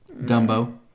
Dumbo